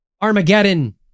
Armageddon